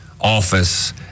office